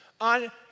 on